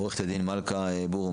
עורכת הדין מלכה בורו,